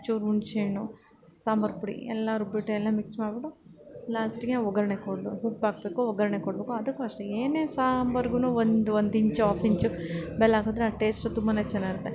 ಚೂರು ಹುಣ್ಸೇಹಣ್ಣು ಸಾಂಬಾರು ಪುಡಿ ಎಲ್ಲ ರುಬ್ಬಿಬಿಟ್ಟು ಎಲ್ಲ ಮಿಕ್ಸ್ ಮಾಡ್ಬಿಟ್ಟು ಲಾಸ್ಟಿಗೆ ಒಗ್ಗರಣೆ ಕೊಡ್ಬೇಕು ಉಪ್ಪು ಹಾಕ್ಬೇಕು ಒಗ್ಗರಣೆ ಕೊಡಬೇಕು ಅದಕ್ಕೂ ಅಷ್ಟೆ ಏನೇ ಸಾಂಬಾರಿಗೂ ಒಂದು ಒಂದು ಇಂಚು ಆಫ್ ಇಂಚು ಬೆಲ್ಲ ಹಾಕಿದ್ರೆ ಅದು ಟೇಶ್ಟು ತುಂಬನೇ ಚೆನ್ನಾಗಿರುತ್ತೆ